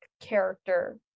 character